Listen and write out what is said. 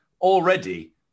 already